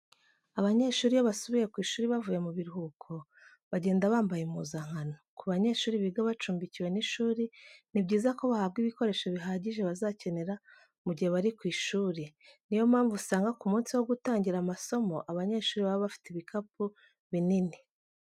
Abanyeshuri iyo basubiye ku ishuri bavuye mu biruhuko, bagenda bambaye impuzankano. Ku banyeshuri biga bacumbikiwe n'ishuri ni byiza ko bahabwa ibikoresho bihagije bazakenera mu gihe bari ku ishuri, niyo mpamvu usanga ku munsi wo gutangira amasomo abanyeshuri baba bafite ibikapu binini.